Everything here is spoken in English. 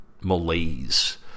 malaise